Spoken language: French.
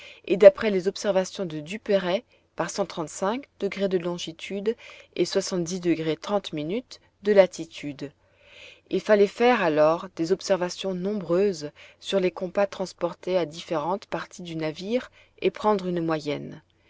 et d'après les observations de duperrey par de longitude et de latitude il fallait faire alors des observations nombreuses sur les compas transportés à différentes parties du navire et prendre une moyenne